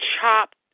chopped